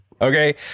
Okay